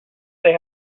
they